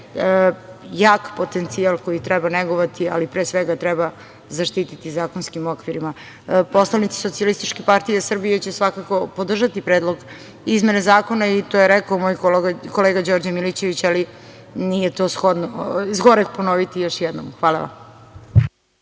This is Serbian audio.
jak potencijal koji treba negovati, ali pre svega treba zaštiti zakonskim okvirima. Poslanici SPS će svakako podržati Predlog izmene Zakona. To je rekao i moj kolega Đorđe Milićević, ali nije to zgoreg ponoviti još jednom. Hvala vam.